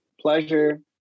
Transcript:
pleasure